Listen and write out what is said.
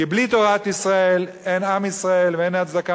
כי בלי תורת ישראל אין עם ישראל ואין הצדקה